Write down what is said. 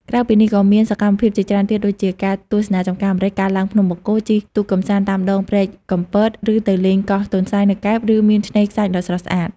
ក្រៅពីនេះ ក៏មានសកម្មភាពជាច្រើនទៀតដូចជា ការទស្សនាចម្ការម្រេច ការឡើងភ្នំបូកគោ ជិះទូកកម្សាន្តតាមដងព្រែកកំពត ឬទៅលេងកោះទន្សាយនៅកែប ដែលមានឆ្នេរខ្សាច់ដ៏ស្រស់ស្អាត។